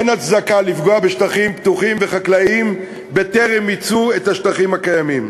אין הצדקה לפגוע בשטחים פתוחים וחקלאיים בטרם מיצו את השטחים הקיימים.